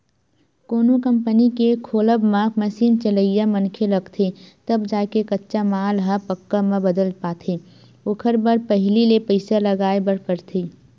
कोनो कंपनी के खोलब म मसीन चलइया मनखे लगथे तब जाके कच्चा माल ह पक्का म बदल पाथे ओखर बर पहिली ले पइसा लगाय बर परथे